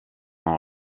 non